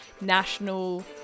National